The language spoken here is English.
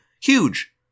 huge